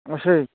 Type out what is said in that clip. ਅੱਛਾ ਜੀ